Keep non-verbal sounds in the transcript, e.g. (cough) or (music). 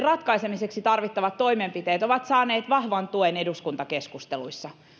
(unintelligible) ratkaisemiseksi tarvittavat toimenpiteet ovat saaneet vahvan tuen eduskuntakeskusteluissa